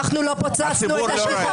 אנחנו לא פוצצנו את השיחות.